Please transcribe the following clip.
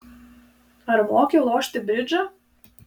ar moki lošti bridžą